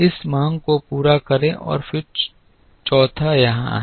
इस मांग को पूरा करें और फिर चौथा यहां आए